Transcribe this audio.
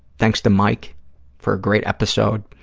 thanks to mike for a great episode.